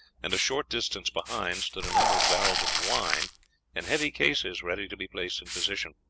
and a short distance behind stood a number of barrels of wine and heavy cases ready to be placed in position.